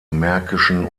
märkischen